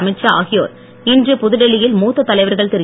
அமித் ஷா ஆகியோர் இன்று புதுடெல்லியில் மூத்த தலைவர்கள் திரு